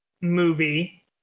movie